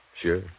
Sure